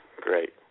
great